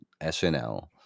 SNL